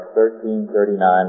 1339